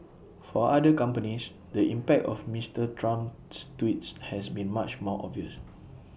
for other companies the impact of Mister Trump's tweets has been much more obvious